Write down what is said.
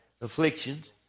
afflictions